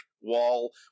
wall